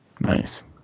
Nice